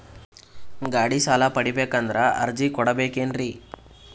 ಗಾಡಿ ಸಾಲ ಪಡಿಬೇಕಂದರ ಅರ್ಜಿ ಕೊಡಬೇಕೆನ್ರಿ?